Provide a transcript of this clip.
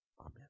Amen